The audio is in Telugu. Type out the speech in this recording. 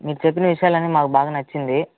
మీరు చెప్పిన విషయాలన్నీ మాకు బాగా నచ్చింది